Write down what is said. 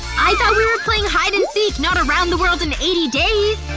i thought we were playing hide and seek not around the world in eighty days!